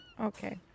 okay